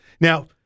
Now